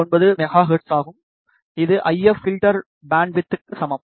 69 mega hertz ஆகும் இது I F filter band விட்த்க்கு சமம்